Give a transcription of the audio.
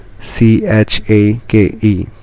C-H-A-K-E